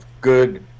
good